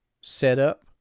setup